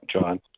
John